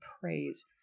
praise